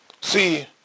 See